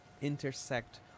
intersect